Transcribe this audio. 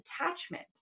attachment